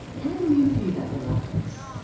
how do you view that reluctance?